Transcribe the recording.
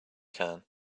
can